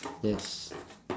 yes